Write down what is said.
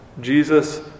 Jesus